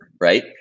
right